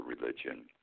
religion